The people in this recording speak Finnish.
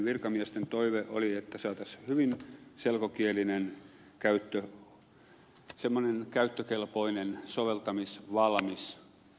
virkamiesten toive oli että laista saataisiin hyvin selkokielinen käyttökelpoinen soveltamisvalmis